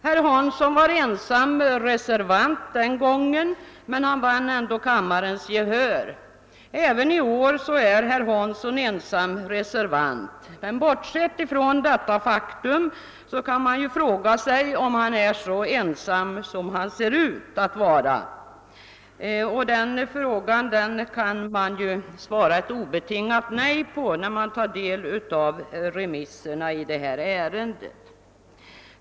Herr Hansson i Piteå var ensam reservant den gången, men han vann ändå kammarens gehör. Även i år är herr Hansson ensam reservant. Trots detta faktum kan man fråga sig om han är så ensam som han ser ut att vara. På den frågan kan man svara ett obetingat nej när man tar del av remissyttrandena i detta ärende.